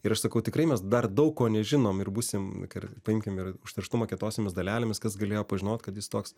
ir aš sakau tikrai mes dar daug ko nežinom būsim kartu paimkim ir užterštumą kietosiomis dalelėmis kas galėjo pažinot kad jis toks